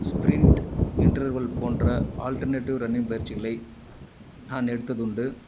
sprint interval போன்ற alternative running பயிற்சிகளை நான் எடுத்தது உண்டு